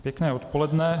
Pěkné odpoledne.